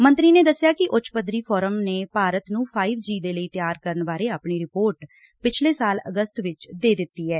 ਮੰਤਰੀ ਨੇ ਦਸਿਆ ਕਿ ਉੱਚ ਪੱਧਰੀ ਫੋਰਮ ਨੇ ਭਾਰਤ ਨੂੰ ਫਾਈਵ ਜੀ ਦੇ ਲਈ ਤਿਆਰ ਕਰਨ ਬਾਰੇ ਆਪਣੀ ਰਿਪੋਰਟ ਪਿਛਲੇ ਸਾਲ ਅਗਸਤ ਵਿਚ ਦੇ ਦਿੱਡੀ ਐ